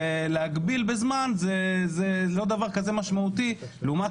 ולהגביל בזמן זה לא דבר כזה משמעותי לעומת